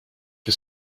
que